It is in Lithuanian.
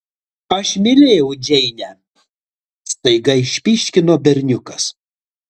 aš mylėjau džeinę staiga išpyškino berniukas